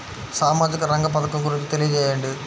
సామాజిక రంగ పథకం గురించి తెలియచేయండి?